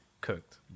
cooked